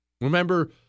Remember